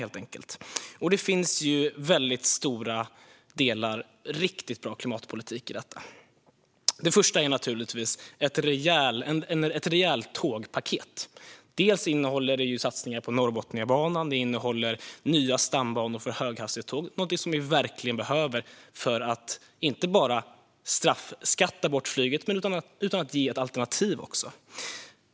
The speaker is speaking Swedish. Det finns väldigt stora delar i detta som är riktigt bra klimatpolitik. Det första är naturligtvis ett rejält tågpaket. Det innehåller satsningar på Norrbotniabanan och nya stambanor för höghastighetståg - något vi verkligen behöver för att inte bara straffbeskatta bort flyget utan också ge ett alternativ.